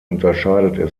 unterscheidet